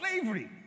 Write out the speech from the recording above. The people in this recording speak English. slavery